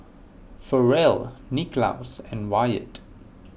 Ferrell Nicklaus and Wyatt